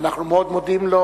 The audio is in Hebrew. ואנחנו מאוד מודים לו.